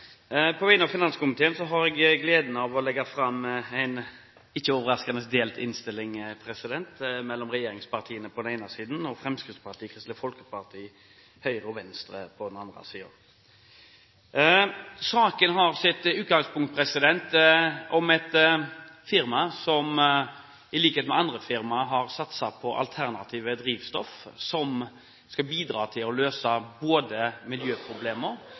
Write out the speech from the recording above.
På vegne av finanskomiteen har jeg gleden av å legge fram en – ikke overraskende – delt innstilling mellom regjeringspartiene på den ene siden og Fremskrittspartiet, Kristelig Folkeparti, Høyre og Venstre på den andre siden. Saken har sitt utgangspunkt i et firma som i likhet med andre firmaer har satset på alternative drivstoff, som skal bidra til å løse miljøproblemer.